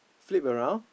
flip around